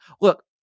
look